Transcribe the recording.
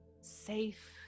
safe